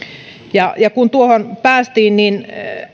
ja ja kun tuohon päästiin